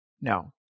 no